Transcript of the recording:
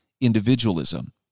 individualism